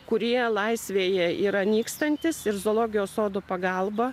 kurie laisvėje yra nykstantys ir zoologijos sodo pagalba